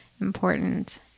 important